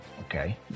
Okay